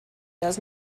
does